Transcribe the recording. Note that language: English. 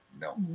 No